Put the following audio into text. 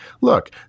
Look